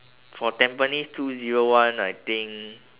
for tampines two zero one I think